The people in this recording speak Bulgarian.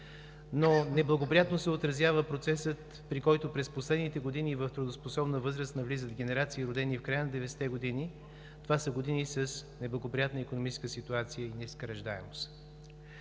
но неблагоприятно се отразява процесът, при който през последните години в трудоспособна възраст навлизат генерации, родени в края на 90-те години. Това са години с неблагоприятна икономическа ситуация и ниска раждаемост.